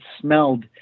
smelled